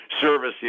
service